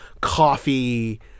coffee